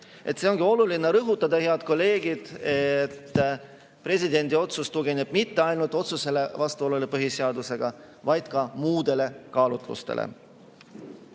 Seda ongi oluline rõhutada, head kolleegid, et presidendi otsus ei tugine mitte ainult otsesele vastuolule põhiseadusega, vaid tugineb ka muudele kaalutlustele.